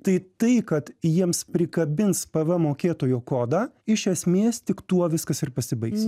tai tai kad jiems prikabins pvm mokėtojo kodą iš esmės tik tuo viskas ir pasibaigs